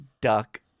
Duck